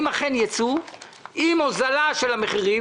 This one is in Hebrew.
אם אכן ייצאו עם הוזלה של המחירים